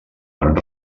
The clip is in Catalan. van